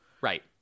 Right